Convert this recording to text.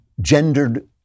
gendered